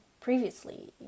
previously